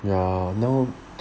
ya now